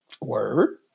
word